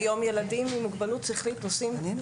כיום ילדים עם מוגבלות שכלית נוסעים